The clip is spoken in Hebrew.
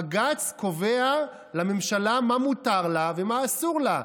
בג"ץ קובע לממשלה מה מותר לה ומה אסור לה,